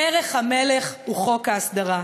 דרך המלך היא חוק ההסדרה,